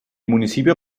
municipio